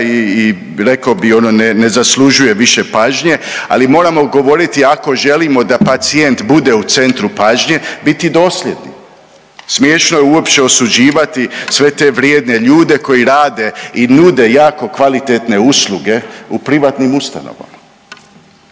i rekao bih ono ne zaslužuje više pažnje. Ali moramo govoriti ako želimo da pacijent bude u centru pažnje biti dosljedni. Smiješno je uopće osuđivati sve te vrijedne ljude koji rade i nude jako kvalitetne usluge u privatnim ustanovama.